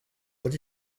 what